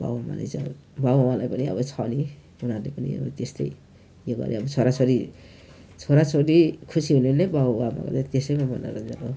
बाबुआमाले चाहिँ बाबुआमालाई पनि अब छ नि उनीहरूले पनि अब त्यस्तै के गऱ्यो अब छोराछोरी छोराछोरी खुसी हुनु नै बाबुआमालाई त्यसैमा मनोरञ्जन हो